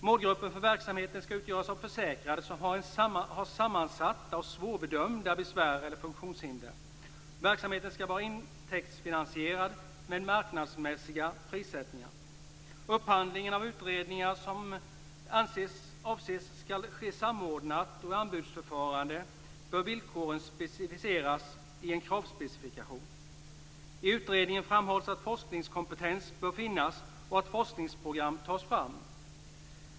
Målgruppen för verksamheten skall utgöras av försäkrade som har sammansatta och svårbedömda besvär eller funktionshinder. - Verksamheten skall vara intäktsfinansierad med marknadsmässig prissättning. - Upphandling av utredningar som avses skall ske samordnat, och i anbudsförfrågan bör villkoren specificeras i en kravspecifikation. - I utredningen framhålls att forskningskompetens bör finnas och att forskningsprogram skall tas fram.